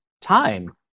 time